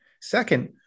Second